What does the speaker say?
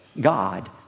God